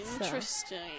Interesting